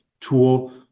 tool